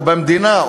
או במדינה,